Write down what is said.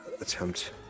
attempt